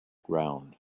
ground